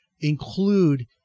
include